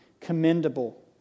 commendable